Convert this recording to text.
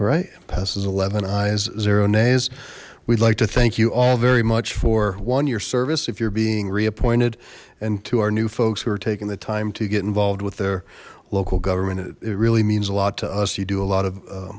it passes eleven is zero nays we'd like to thank you all very much for one year service if you're being reappointed and to our new folks who are taking the time to get involved with their local government it really means a lot to us you do a lot of